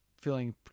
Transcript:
feeling